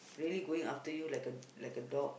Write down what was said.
really going after you like a like a dog